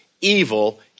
evil